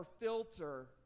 filter